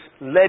led